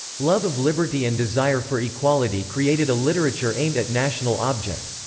love of liberty and desire for equality created a literature aimed at national object.